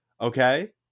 Okay